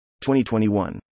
2021